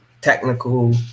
technical